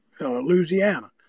Louisiana